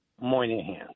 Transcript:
Moynihan